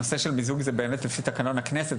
הנושא של מיזוג זה באמת לפי תקנון הכנסת.